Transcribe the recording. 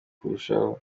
kurushaho